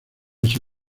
ese